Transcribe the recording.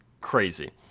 Crazy